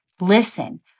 Listen